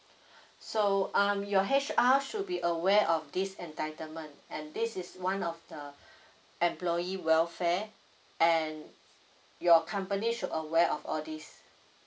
so um your H_R should be aware of this entitlement and this is one of the employee welfare and your company should aware of all this